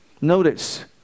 Notice